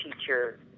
teacher